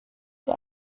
der